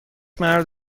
مرد